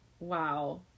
Wow